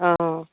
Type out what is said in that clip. অ'